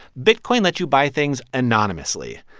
bitcoin let you buy things anonymously,